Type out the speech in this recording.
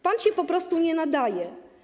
Pan się po prostu nie nadaje.